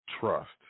trust